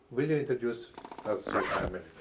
will you introduce us your family,